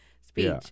speech